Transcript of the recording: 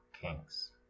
Kings